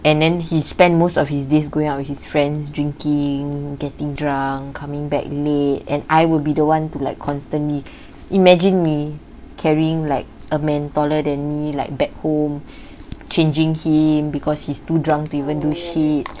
and then he spent most of his days going out with his friends drinking getting drunk coming back late and I will be the one to like constantly imagine me carrying like a man taller than me like back home changing him because he's too drunk to even do shit